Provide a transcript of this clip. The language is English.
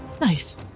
nice